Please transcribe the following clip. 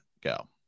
go